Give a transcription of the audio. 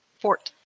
Fort